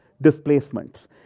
displacements